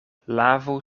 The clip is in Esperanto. lavu